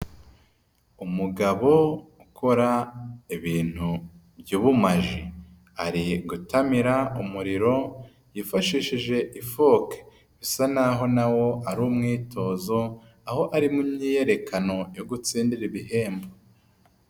Umugabo ukora ibintu by'ubumaji. Ari gutamira umuriro yifashishije ifoke, bisa naho na wo ari umwitozo, aho ari mu myiyerekano yo gutsindira ibihembo.